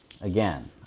again